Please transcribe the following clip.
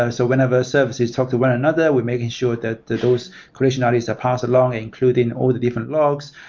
ah so whenever services talk to one another, we're making sure that those correlation ah ids are passed along including all the different logs.